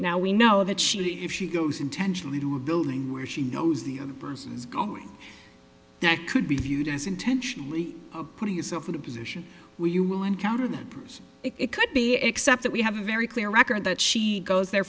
now we know that she if she goes intentionally to a building where she knows the of bruce's going neck could be viewed as intentionally putting yourself in a position where you will encounter that bruise it could be except that we have a very clear record that she goes there